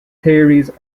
theories